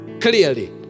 clearly